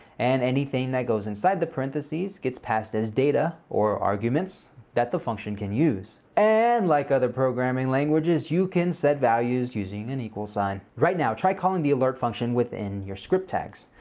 and anything that goes inside the parenthesis gets passed as data, or arguments, that the function can use. and like other programming languages, you can set values using an equals sign. right now, try calling the alert function within your script tags.